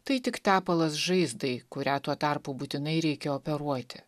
tai tik tepalas žaizdai kurią tuo tarpu būtinai reikia operuoti